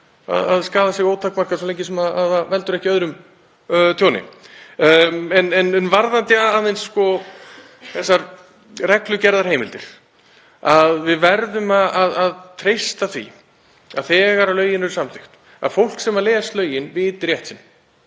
að skaða sig ótakmarkað svo lengi sem það veldur ekki öðrum tjóni. Aðeins varðandi þessar reglugerðarheimildir. Við verðum að treysta því að þegar lögin eru samþykkt, að fólk sem les lögin viti rétt sinn,